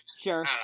sure